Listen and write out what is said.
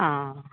आं